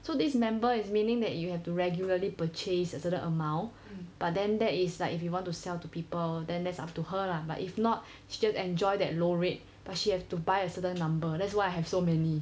so this member is meaning that you have to regularly purchase a certain amount but then that is like if you want to sell to people then that's up to her lah but if not she just enjoy that low rate but she have to buy a certain number that's why I have so many